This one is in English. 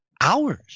hours